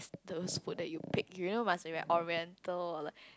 the food that you pick you know must be very oriental or like